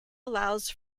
allows